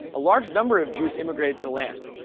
a large number of jews immigrated to the land.